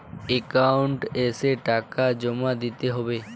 Account এসে টাকা জমা দিতে হবে?